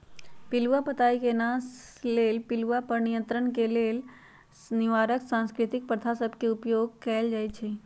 पिलूआ पताई के नाश लेल पिलुआ पर नियंत्रण के लेल निवारक सांस्कृतिक प्रथा सभ के उपयोग कएल जाइ छइ